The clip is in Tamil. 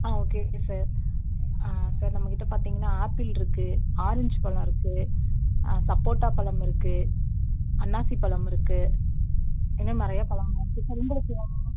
ஆ ஓகே ஓகே சார் சார் நம்மகிட்ட பார்த்திங்கன்னா ஆப்பிள் இருக்குது ஆரஞ்சு பழம் இருக்குது சப்போட்டா பழம் இருக்குது அன்னாசி பழம் இருக்குது இன்னும் நிறைய பழமெலாம் இருக்குது சார் உங்களுக்கு என்ன வேணும்